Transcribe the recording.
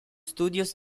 studios